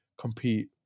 compete